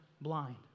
blind